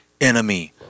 enemy